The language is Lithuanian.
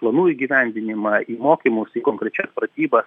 planų įgyvendinimą į mokymus į konkrečias pratybas